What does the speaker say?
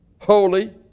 holy